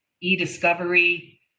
e-discovery